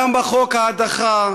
למה חוקקו את חוק ההדחה,